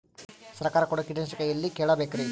ಸರಕಾರ ಕೊಡೋ ಕೀಟನಾಶಕ ಎಳ್ಳಿ ಕೇಳ ಬೇಕರಿ?